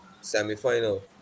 semi-final